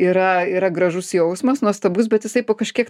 yra yra gražus jausmas nuostabus bet jisai po kažkiek